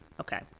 Okay